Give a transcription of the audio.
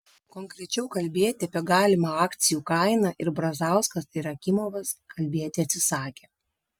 konkrečiau kalbėti apie galimą akcijų kainą ir brazauskas ir akimovas kalbėti atsisakė